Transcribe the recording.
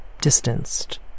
distanced